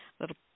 little